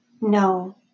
No